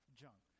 junk